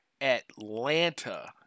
Atlanta